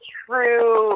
true